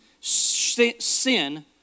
sin